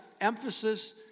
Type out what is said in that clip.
emphasis